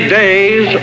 days